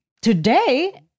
Today